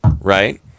right